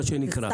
מה שנקרא.